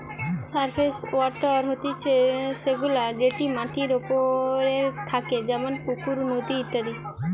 surface water হতিছে সে গুলা যেটি মাটির ওপরে থাকে যেমন পুকুর, নদী